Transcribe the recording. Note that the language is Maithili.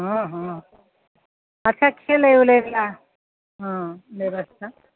हँ हँ अच्छा खेलै उलै का हँ ब्यबस्था